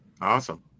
awesome